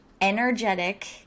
energetic